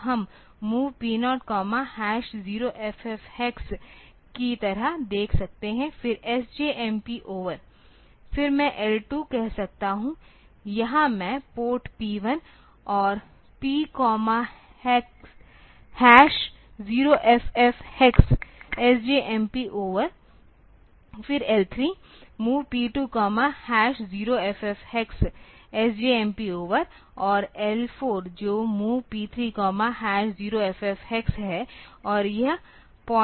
तो हम MOV P0 0FF hex की तरह देख सकते हैं फिर SJMP ओवर फिर मैं L2 कह सकता हूं यहां मैं पोर्ट P 1 और P comma hash 0 FF hex SJMP over फिर L3 MOV P2 0FF hex SJMP over और L4 जो MOV P 3 0FF हेक्स है और यह प्वाइंट ओवर है